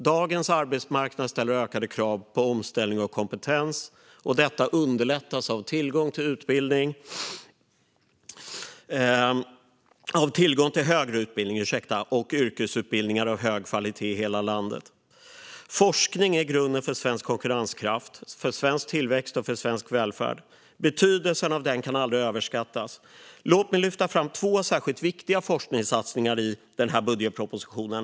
Dagens arbetsmarknad ställer ökade krav på omställning och kompetens, och detta underlättas av tillgång till högre utbildning och yrkesutbildningar av hög kvalitet i hela landet. Forskning är grunden för svensk konkurrenskraft, för svensk tillväxt och för svensk välfärd. Betydelsen av den kan aldrig överskattas. Låt mig lyfta fram två särskilt viktiga forskningssatsningar i den här budgetpropositionen.